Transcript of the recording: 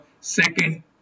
second